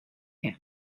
him